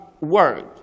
word